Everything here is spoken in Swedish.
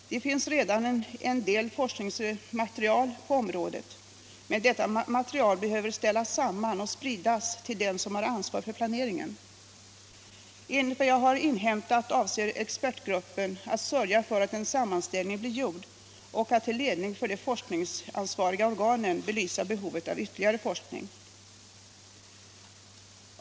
Det finns redan en del forskningsmaterial på området, men detta material behöver ställas samman och spridas till dem som har ansvar för planeringen. Enligt vad jag har inhämtat avser expertgruppen att sörja för att en sammanställning blir gjord och att, till ledning för de forskningsansvariga organen, belysa behovet av ytterligare forskning.